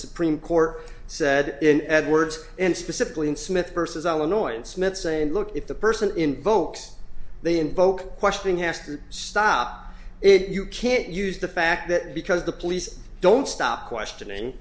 supreme court said in edwards and specifically in smith versus on the annoyance smith saying look if the person invokes the invoke question hastert stop it you can't use the fact that because the police don't stop questioning